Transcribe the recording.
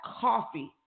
coffee